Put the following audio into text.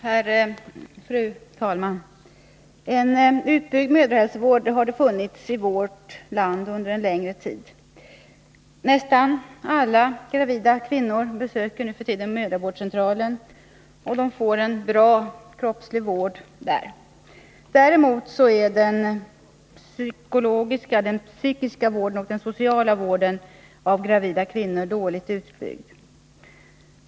Fru talman! En utbyggd mödrahälsovård har funnits i vårt land under en längre tid. Nästan alla gravida kvinnor besöker nu för tiden mödravårdscentralen och får där en bra kroppslig vård. Däremot är den sociala och psykiska vården av gravida dåligt utbyggd.